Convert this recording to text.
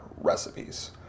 recipes